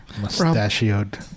Mustachioed